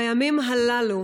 בימים הללו,